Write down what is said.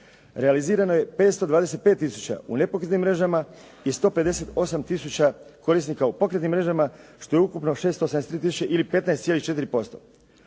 Realizirano je 525 tisuća u nepokretnim mrežama i 158 tisuća korisnika u pokretnim mrežama, što je ukupno 683 tisuće ili 15,4%.